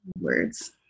words